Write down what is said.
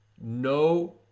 No